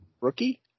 rookie